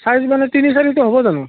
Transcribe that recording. size মানে তিনি চাৰিটো হ'ব জানোঁ